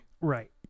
Right